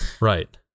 Right